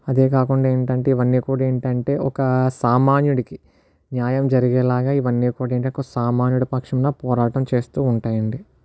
అంతే కాకుండా ఏంటేంటే ఇవన్నీ కూడా ఏంటంటే ఒక సామాన్యుడికి న్యాయం జరిగేలాగా ఇవన్నీ కూడా ఏంటేంటే ఒక సామాన్యుని పక్షంగా పోరాటం చేస్తు ఉంటాయండి